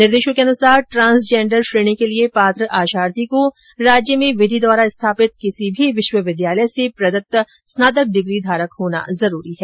निर्देशों के अनुसार ट्रांन्सजेंडर श्रेणी के लिए पात्र आशार्थी को राज्य में विधि द्वारा स्थापित किसी भी विश्वविद्यालय से प्रदत्त स्नातक डिग्री धारक होना जरूरी है